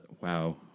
wow